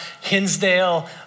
Hinsdale